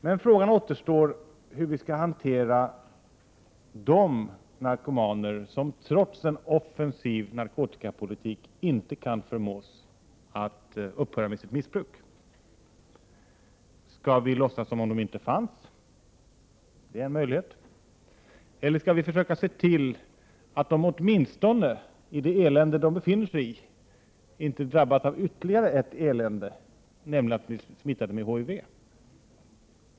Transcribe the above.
Men frågan återstår hur vi skall hantera de narkomaner som trots en offensiv narkotikapolitik inte kan förmås att upphöra med sitt missbruk. Skall vi låtsas som om de inte fanns? Det är en möjlighet. Eller skall vi försöka se till att de åtminstone, i det elände de befinner sig i, inte drabbas av ytterligare elände, nämligen att bli smittade med HIV?